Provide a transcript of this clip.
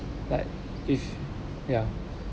like if ya